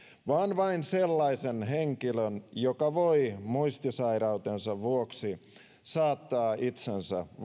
vaan vain sellainen henkilö joka voi muistisairautensa vuoksi saattaa itsensä vaaraan